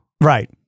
Right